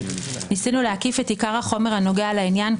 ניסינו להקיף את עיקר החומר הנוגע לעניין,